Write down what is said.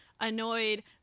annoyed